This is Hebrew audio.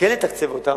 כן לתקצב אותם,